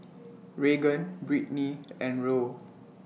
Raegan Britny and Roll